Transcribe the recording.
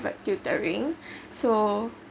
tutoring so